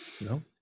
No